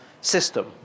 system